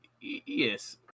Yes